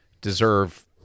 deserve